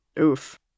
Oof